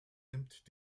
nimmt